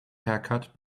haircut